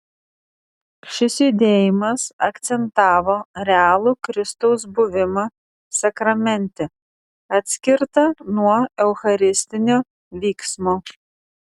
šis judėjimas akcentavo realų kristaus buvimą sakramente atskirtą nuo eucharistinio vyksmo